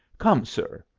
come, sir!